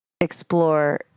explore